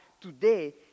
today